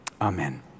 Amen